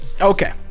Okay